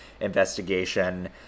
investigation